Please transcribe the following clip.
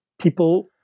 people